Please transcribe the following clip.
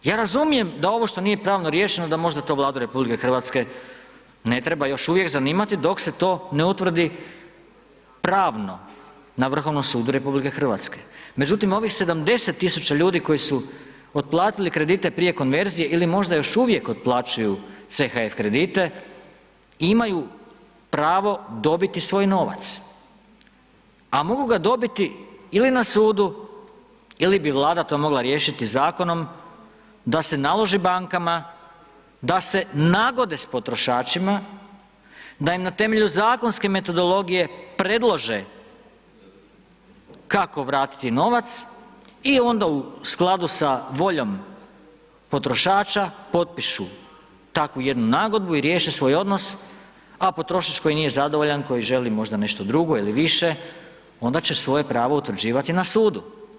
Ja razumijem da ovo što nije pravno riješeno da možda to Vladu Republike Hrvatske ne treba još uvijek zanimati dok se to ne utvrdi pravno na Vrhovnom sudu Republike Hrvatske, međutim ovih 70 tisuća ljudi koji su otplatili kredite prije konverzije ili možda još uvijek otplaćuju CHF kredite, imaju pravo dobiti svoj novac, a mogu ga dobiti ili na Sudu, ili bi Vlada to mogla riješiti zakonom da se naloži bankama da se nagode s potrošačima, da im na temelju zakonske metodologije predlože kako vratiti novac, i onda u skladu sa voljom potrošača potpisu takvu jednu nagodbu i riješe svoj odnos, a potrošač koji nije zadovoljan, koji želi možda nešto drugo ili više onda će svoje pravo utvrđivati na Sudu.